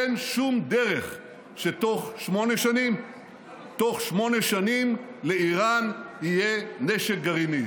אין שום דרך שתוך שמונה שנים לאיראן יהיה נשק גרעיני.